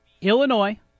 Illinois